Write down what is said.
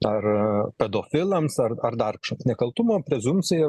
ar pedofilams ar ar dar kažkam nekaltumo prezumpcija yra